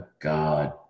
God